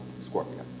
Scorpio